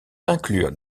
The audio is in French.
inclure